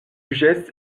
geste